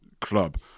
club